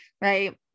right